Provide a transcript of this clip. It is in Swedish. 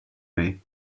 mig